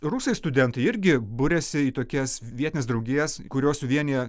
rusai studentai irgi buriasi į tokias vietines draugijas kurios vienija